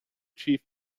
chief